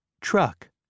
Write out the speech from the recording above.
Truck